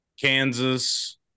Kansas